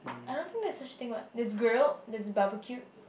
I don't think there is such thing what there is grilled there is barbeque